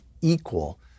equal